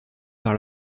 par